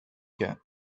cat